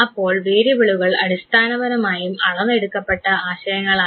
അപ്പോൾ വേരിയബിളുകൾ അടിസ്ഥാനപരമായും അളന്ന് എടുക്കപ്പെട്ട ആശയങ്ങളാണ്